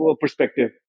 perspective